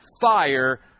fire